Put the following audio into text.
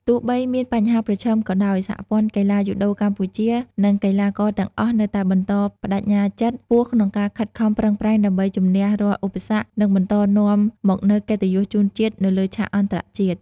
ទោះបីមានបញ្ហាប្រឈមក៏ដោយ សហព័ន្ធកីឡាយូដូកម្ពុជា និងកីឡាករទាំងអស់នៅតែបន្តប្តេជ្ញាចិត្តខ្ពស់ក្នុងការខិតខំប្រឹងប្រែងដើម្បីជម្នះរាល់ឧបសគ្គ និងបន្តនាំមកនូវកិត្តិយសជូនជាតិនៅលើឆាកអន្តរជាតិ ។